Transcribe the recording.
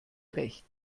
recht